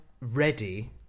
Ready